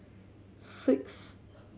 six